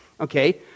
okay